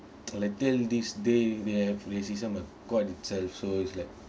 until now these days they have racism and god itself so it's like